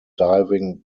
diving